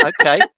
Okay